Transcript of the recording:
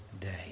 day